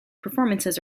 performances